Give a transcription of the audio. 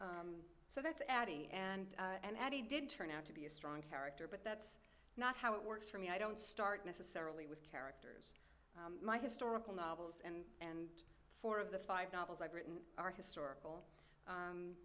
mouth so that's addie and and he did turn out to be a strong character but that's not how it works for me i don't start necessarily with characters my historical novels and four of the five novels i've written are historical